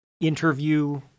interview